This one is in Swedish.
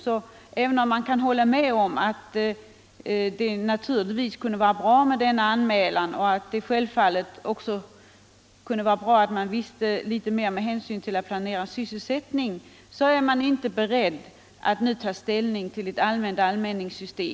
Även om reservanterna kan hålla med om att det naturligtvis kunde vara bra med denna tillståndsplikt och att det självfallet också vore bra att få veta mera med hänsyn till planeringen av sysselsättning, är de inte beredda att nu ta ställning till ett allmänt anmälningssystem.